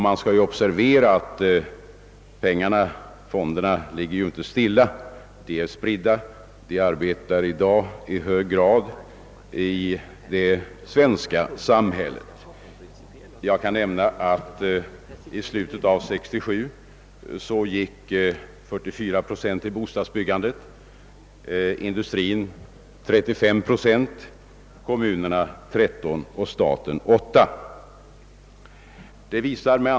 Man skall observera att fonderna inte ligger stilla utan de arbetar i hög grad i det svenska samhället. I slutet av 1967 gick 44 procent av fondmedlen till bostadsbyggandet, 35 procent till industrin, 13 procent till kommunerna och 8 procent till staten.